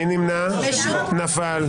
נפל.